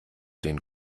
den